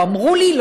לא אמרו לי,